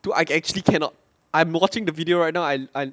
dude I actually cannot I'm watching the video right now I I